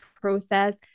process